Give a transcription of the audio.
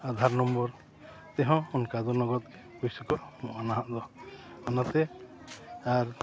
Aadhaar number ᱛᱮᱦᱚᱸ ᱚᱱᱠᱟ ᱫᱚ ᱞᱚᱜᱚᱫ ᱯᱚᱭᱥᱟ ᱠᱚ ᱮᱢᱚᱜᱼᱟ ᱱᱟᱦᱟᱜ ᱫᱚ ᱚᱱᱟᱛᱮ ᱟᱨ